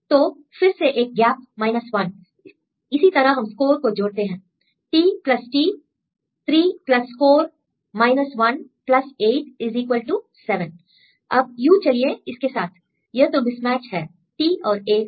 तो फिर से एक गैप 1 इसी तरह हम स्कोर को जोड़ते हैं T T 3 score 1 8 equal to 7 अब यू चलिए इसके साथ यह तो मिसमैच है T और A का